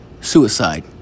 suicide